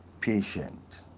patient